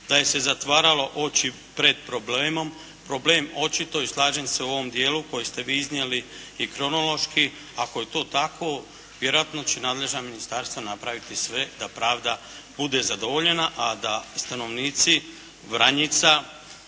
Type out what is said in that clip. Da se zatvaralo oči pred problemom. Problem očito i slažem se u ovom dijelu koji ste vi iznijeli i kronološki, ako je to tako vjerojatno će nadležna ministarstva napraviti sve da pravda bude zadovoljena, a da stanovnici Vranjica